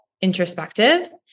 introspective